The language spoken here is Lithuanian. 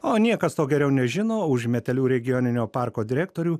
o niekas to geriau nežino už metelių regioninio parko direktorių